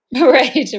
right